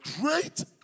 great